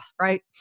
right